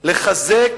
לחזק